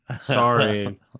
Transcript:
sorry